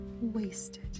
wasted